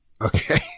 Okay